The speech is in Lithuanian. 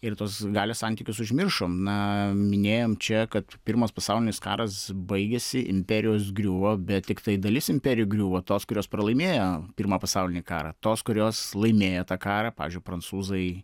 ir tuos galios santykius užmiršom na minėjom čia kad pirmas pasaulinis karas baigėsi imperijos griuvo bet tiktai dalis imperijų griuvo tos kurios pralaimėjo pirmą pasaulinį karą tos kurios laimėjo tą karą pavyzdžiui prancūzai